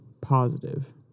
positive